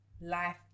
life